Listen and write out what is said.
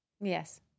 Yes